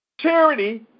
charity